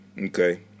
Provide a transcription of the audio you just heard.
Okay